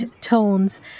tones